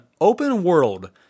open-world